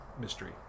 mystery